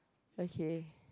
okay